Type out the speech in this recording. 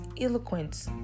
eloquent